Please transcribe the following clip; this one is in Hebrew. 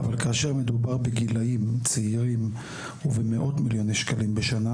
אבל כאשר מדובר בגילאים צעירים ובמאות מיליוני שקלים בשנה,